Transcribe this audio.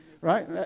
right